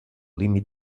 límit